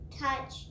touch